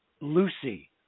Lucy